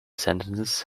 sentences